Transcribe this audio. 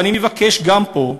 ואני מבקש גם פה,